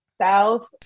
south